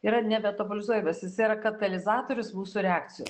yra nemetabolizuojamas jisai yra katalizatorius mūsų reakcijų